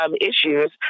issues